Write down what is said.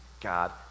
God